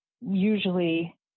usually